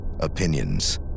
opinions